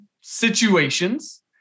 situations